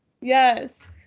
Yes